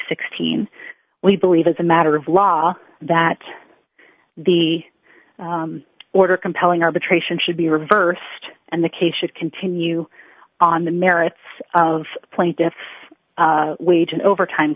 sixteen we believe as a matter of law that the order compelling arbitration should be reversed and the case should continue on the merits of plaintiff's wage and overtime